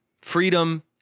freedom